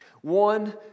One